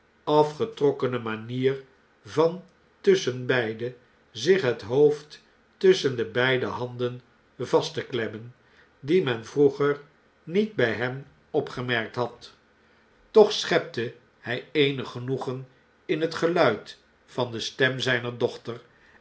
afgetrokkene manier van tusschenbeide zich het hoofd tusschen de beide handen vast te klemmen die men vroeger niet bij hem opgemerkt had toch schepte hij eenig genoegen in het geluid van de stem de schoenmaker zijner dochter